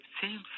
seems